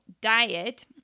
diet